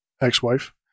ex-wife